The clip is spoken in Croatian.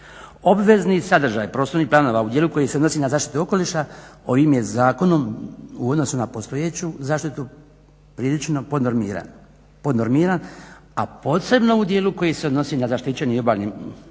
Obvezni sadržaj prostornih planova u djelu koji se odnosi na zaštitu okoliša ovim je zakonom u odnosu na postojeću zaštitu prilično podnormiran, a posebno u djelu koji se odnosi na zaštićeni obalni